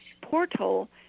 Portal